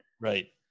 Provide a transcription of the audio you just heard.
Right